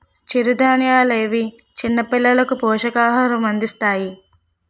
చిరుధాన్యాలనేవి చిన్నపిల్లలకు పోషకాహారం అందిస్తాయి